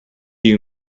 you